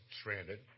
stranded